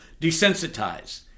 desensitize